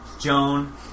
Joan